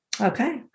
Okay